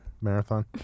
marathon